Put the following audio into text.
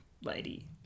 lady